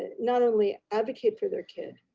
not only advocate for their kid,